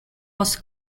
was